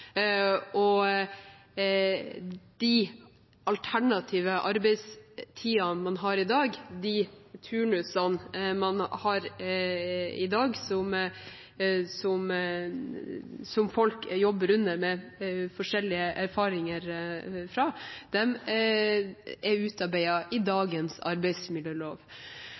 De alternative arbeidstidene man har i dag, de turnusene man har i dag, som folk jobber i, med forskjellige erfaringer fra, er utarbeidet i dagens arbeidsmiljølov.